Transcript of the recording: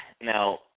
now